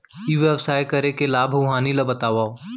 ई व्यवसाय करे के लाभ अऊ हानि ला बतावव?